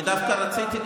אני דווקא רציתי,